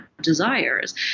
desires